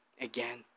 again